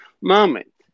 moment